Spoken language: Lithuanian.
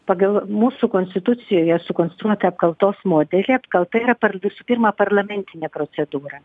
pagal mūsų konstitucijoje sukonstruotą apkaltos modelį apkalta yra visų pirma parlamentinė procedūra